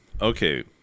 Okay